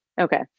Okay